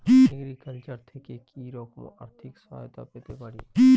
Agriculture থেকে কি রকম আর্থিক সহায়তা পেতে পারি?